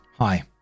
Hi